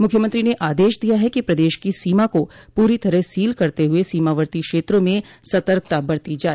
मुख्यमंत्री ने आदेश दिया है कि प्रदेश की सीमा को पूरी तरह सील करते हुए सीमावर्ती क्षेत्रों में सतर्कता बरती जाए